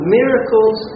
miracles